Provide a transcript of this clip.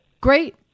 Great